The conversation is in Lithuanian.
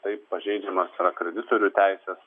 taip pažeidžiamos kreditorių teisės